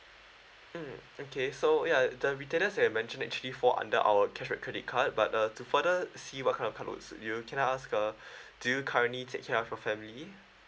mm okay so ya the retailers you have mentioned actually fall under our cashback credit card but uh to further see what kind of card suits you can I ask uh do you currently take care of your family